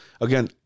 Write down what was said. again